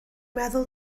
meddwl